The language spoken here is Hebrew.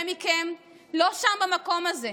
אני יודעת שהרבה מכם לא שם, במקום הזה,